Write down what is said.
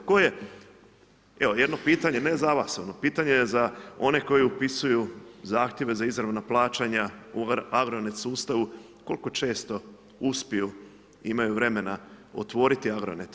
Tko je, evo jedno pitanje ne za vas, pitanje je za one koji upisuju zahtjeve za izravna plaćanja u Agronet sustavu, koliko često uspiju, imaju vremena otvoriti Agronet.